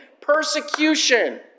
persecution